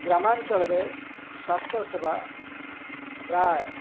ଗ୍ରାମାଞ୍ଚଳରେ ସ୍ୱାସ୍ଥ୍ୟସେବା ପ୍ରାୟ